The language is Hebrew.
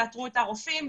יאתרו את הרופאים,